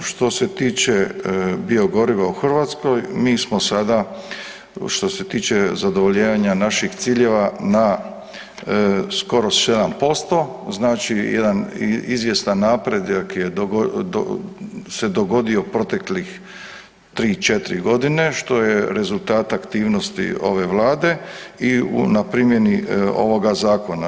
Što se tiče biogoriva u Hrvatskoj, mi smo sada što se tiče zadovoljenja naših ciljeva na skoro 7%, znači jedan izvjestan napredak se dogodio proteklih 3, 4 godine, što je rezultat aktivnosti ove Vlade i na primjeni ovog zakona.